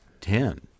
Ten